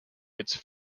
its